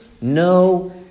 no